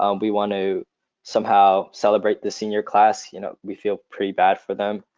um we want to somehow celebrate the senior class. you know, we feel pretty bad for them.